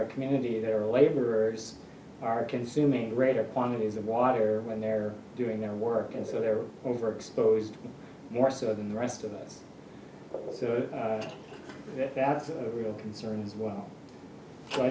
our community there are laborers are consuming greater quantities of water when they're doing their work and so they're overexposed more so than the rest of us so that's a real concern as well so i